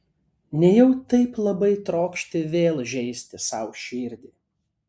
nejau taip labai trokšti vėl žeisti sau širdį